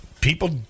people